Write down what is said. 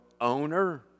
owner